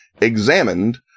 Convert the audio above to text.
examined